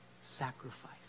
sacrifice